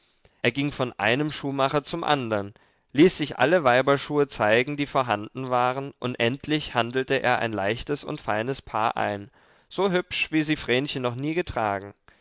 er ging von einem schuhmacher zum andern ließ sich alle weiberschuhe zeigen die vorhanden waren und endlich handelte er ein leichtes und feines paar ein so hübsch wie sie vrenchen noch nie getragen